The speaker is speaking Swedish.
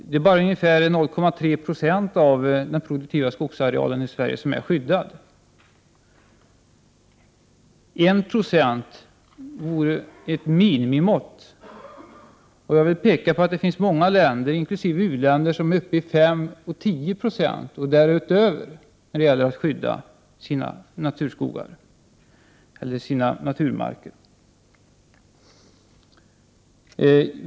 Det är endast ungefär 0,3 96 av den produktiva skogsarealen i Sverige som är skyddad. 1 96 borde vara ett minimum. Det finns ju många länder, även u-länder, som skyddar uppemot 5 96 —- ja, t.o.m. 10 96 eller mer — av sina naturmarker.